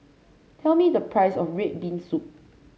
tell me the price of red bean soup